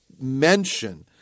mention